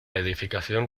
edificación